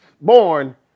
born